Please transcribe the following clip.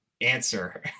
answer